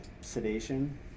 sedation